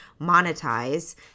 monetize